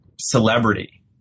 celebrity